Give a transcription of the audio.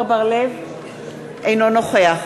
אינו נוכח